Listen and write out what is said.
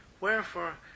Wherefore